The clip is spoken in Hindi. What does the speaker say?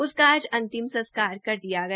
उसका आज अंतिम संस्कार कर दिया गया